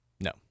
no